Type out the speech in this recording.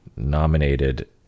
nominated